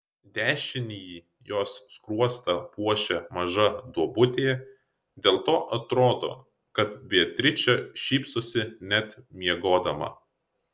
dešinįjį jos skruostą puošia maža duobutė dėl to atrodo kad beatričė šypsosi net miegodama